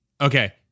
okay